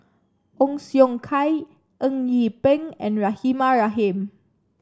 Ong Siong Kai Eng Yee Peng and Rahimah Rahim